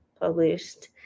published